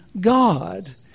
God